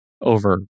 over